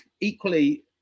equally